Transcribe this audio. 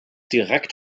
direkt